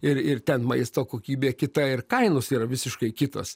ir ir ten maisto kokybė kita ir kainos yra visiškai kitos